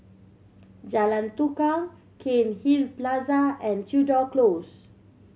Jalan Tukang Cairnhill Plaza and Tudor Close